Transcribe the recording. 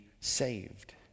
saved